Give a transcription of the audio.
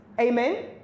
Amen